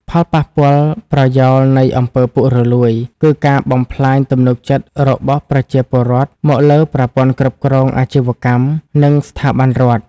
ផលប៉ះពាល់ប្រយោលនៃ អំពើពុករលួយ គឺការបំផ្លាញទំនុកចិត្តរបស់ប្រជាពលរដ្ឋមកលើប្រព័ន្ធគ្រប់គ្រងអាជីវកម្ម និងស្ថាប័នរដ្ឋ។